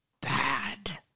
bad